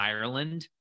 Ireland